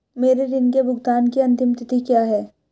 मेरे ऋण के भुगतान की अंतिम तिथि क्या है?